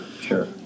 sure